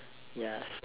ya